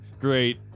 Great